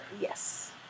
Yes